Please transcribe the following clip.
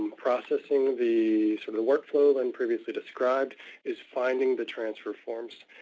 processing the sort of the work flow lynn previously described is finding the transfer forms.